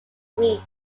week